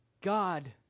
God